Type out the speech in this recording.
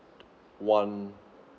one